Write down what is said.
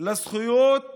לזכויות